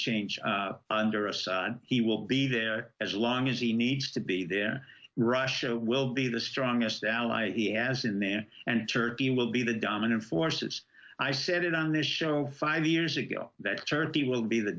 change under assad he will be there as long as he needs to be there russia will be the strongest ally he as in there and turkey will be the dominant forces i said it on this show five years ago that turkey will be the